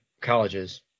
colleges